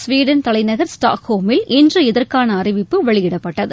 Sweden தலைநகர் ஸ்டாக்ஹோமில் இன்று இதற்கான அறிவிப்பு வெளியிடப்பட்டது